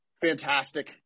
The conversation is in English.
fantastic